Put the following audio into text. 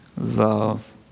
love